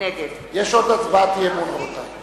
נגד יש עוד הצבעת אי-אמון, רבותי.